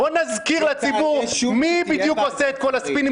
--- בוא נזכיר לציבור מי בדיוק עושה את כל הספינים,